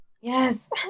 Yes